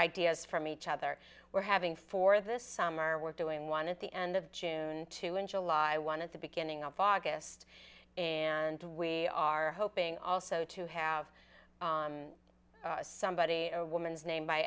ideas from each other we're having for this summer we're doing one at the end of june two in july one at the beginning of august and we are hoping also to have somebody a woman's name by